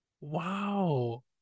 Wow